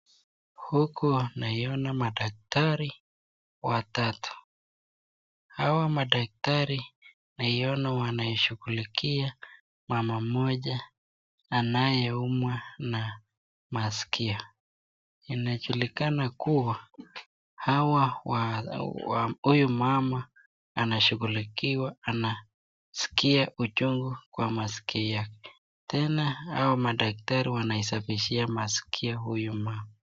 Huku naiona madaktari watatu. Hawa madaktari naiona wanaishughulikia mama mmoja anayeumwa na masikio. Inajulikana kuwa hawa wa huyu mama anashughulikiwa anasikia uchungu kwa masikio yake. Tena hawa madaktari wanaisafishia masikio huyu mama.